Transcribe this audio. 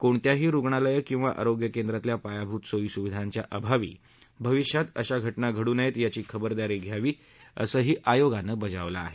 कोणत्याही रुग्णालयं किंवा आरोग्य केंद्रातल्या पायाभूत सोयीसुविधांच्या अभावी भविष्यात अशा घटना घडू नयेत याची खबरदारी घ्यावी असंही आयोगानं बजावलं आहे